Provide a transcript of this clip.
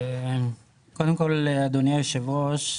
קודם כל אדוני היושב-ראש,